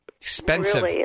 expensive